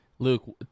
Luke